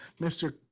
Mr